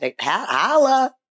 holla